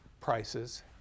prices